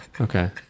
Okay